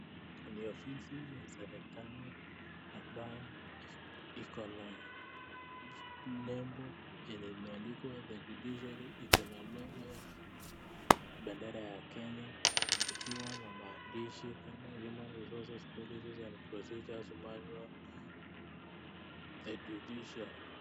Ni ofisi ya serikali ambayo iko na lebo ambayo imeandikwa the judiciary iko na logo ya bendera ya Kenya ikiwa na maandishi kama human resource procedures manual judiciary .